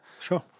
Sure